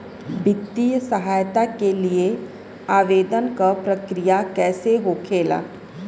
वित्तीय सहायता के लिए आवेदन क प्रक्रिया कैसे होखेला?